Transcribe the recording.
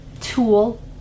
tool